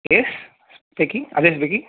yes speaking speaking